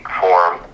form